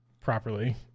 properly